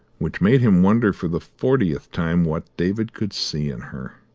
which made him wonder for the fortieth time what david could see in her.